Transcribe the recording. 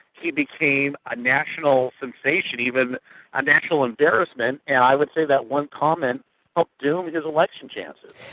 he became a national sensation, even a national embarrassment and i would say that one comment helped doom his election chances.